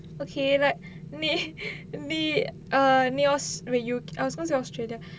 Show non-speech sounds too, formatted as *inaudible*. okay like *laughs* நீ நீ:nee nee err நீ:nee I was going to australia